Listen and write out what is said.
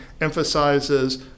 emphasizes